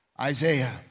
Isaiah